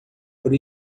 por